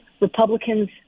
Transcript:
Republicans